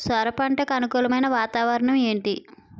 సొర పంటకు అనుకూలమైన వాతావరణం ఏంటి?